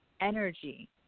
energy